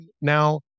now